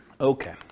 Okay